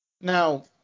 Now